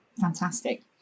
Fantastic